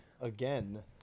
again